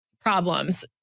problems